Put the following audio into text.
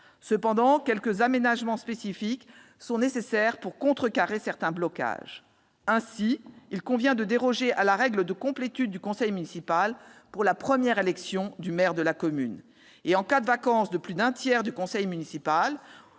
Cependant, quelques aménagements spécifiques sont nécessaires pour remédier à certains blocages. Ainsi, il convient de déroger à la règle de complétude du conseil municipal pour la première élection du maire de la commune. En cas de vacance de plus d'un tiers des sièges au conseil municipal